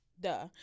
Duh